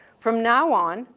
from now on,